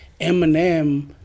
Eminem